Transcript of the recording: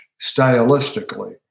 stylistically